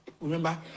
Remember